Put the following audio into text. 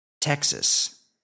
Texas